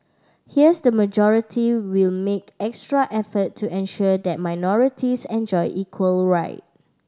here's the majority will make extra effort to ensure that minorities enjoy equal right